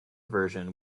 version